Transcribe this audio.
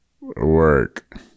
Work